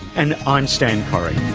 and i'm stan